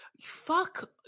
Fuck